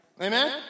Amen